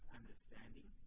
understanding